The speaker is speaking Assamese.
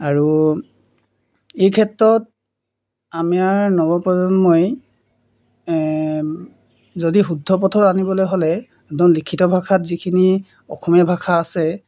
আৰু এই ক্ষেত্ৰত আমাৰ নৱপ্ৰজন্মই যদি শুদ্ধ পথত আনিবলৈ হ'লে একদম লিখিত ভাষাত যিখিনি অসমীয়া ভাষা আছে